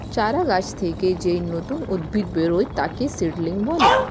চারা গাছ থেকে যেই নতুন উদ্ভিদ বেরোয় তাকে সিডলিং বলে